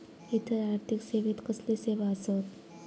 इतर आर्थिक सेवेत कसले सेवा आसत?